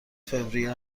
فوریه